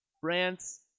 France